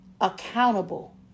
accountable